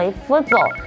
football